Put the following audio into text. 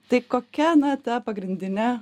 tai kokia na ta pagrindinė